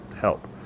HELP